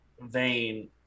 vein